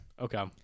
okay